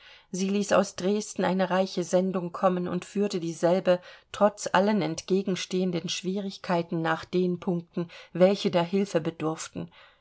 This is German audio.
sie ließ aus dresden eine reiche sendung kommen und führte dieselbe trotz allen entgegenstehenden schwierigkeiten nach den punkten welche der hilfe bedurften